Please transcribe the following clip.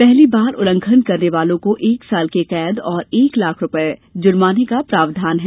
पहली बार उल्लंघन करने वालों को एक साल की कैद तथा एक लाख रूपये जुर्माने का प्रावधान है